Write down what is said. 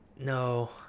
No